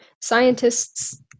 Scientists